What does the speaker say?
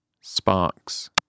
sparks